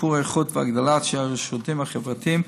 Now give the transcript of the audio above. שיפור האיכות והגדלת השירותים החברתיים,